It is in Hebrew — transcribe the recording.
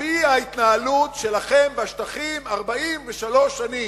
על-פי ההתנהלות שלכם בשטחים 43 שנים.